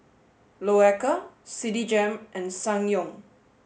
Loacker Citigem and Ssangyong